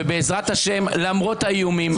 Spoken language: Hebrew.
ובעזרת השם למרות האיומים,